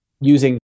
using